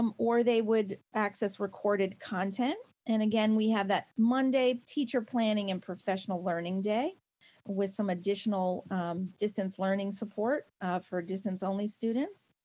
um or they would access recorded content. and again, we have that monday teacher planning and professional learning day with some additional distance learning support for distance only students.